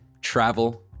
travel